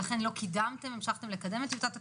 ולכן לא המשכתם לקדם את טיוטת התקנות.